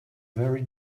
very